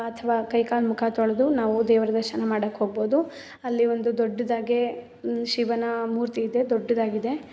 ಅಥವಾ ಕೈ ಕಾಲು ಮುಖ ತೊಳೆದು ನಾವು ದೇವರ ದರ್ಶನ ಮಾಡಕ್ಕೆ ಹೋಗ್ಬೋದು ಅಲ್ಲಿ ಒಂದು ದೊಡ್ಡದಾಗೆ ಶಿವನ ಮೂರ್ತಿಯಿದೆ ದೊಡ್ಡದಾಗಿದೆ